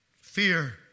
Fear